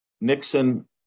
Nixon